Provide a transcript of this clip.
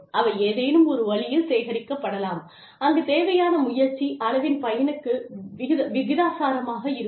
அவை ஏதேனும் ஒரு வழியில் சேகரிக்கப்படலாம் அங்கு தேவையான முயற்சி அளவின் பயனுக்கு விகிதாசாரமாக இருக்கும்